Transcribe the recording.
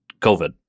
COVID